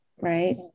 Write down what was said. right